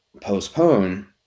postpone